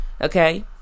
okay